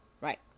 Right